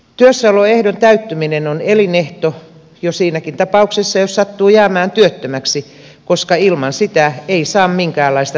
työssäoloehdon täyttyminen on elinehto jo siinäkin tapauksessa jos sattuu jäämään työttömäksi koska ilman sitä ei saa minkäänlaista työttömyysturvaa